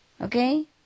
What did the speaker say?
okay